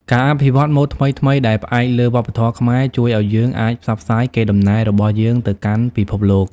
ការអភិវឌ្ឍម៉ូដថ្មីៗដែលផ្អែកលើវប្បធម៌ខ្មែរ ជួយឱ្យយើងអាចផ្សព្វផ្សាយកេរដំណែលរបស់យើងទៅកាន់ពិភពលោក។